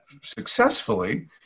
successfully